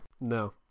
No